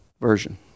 version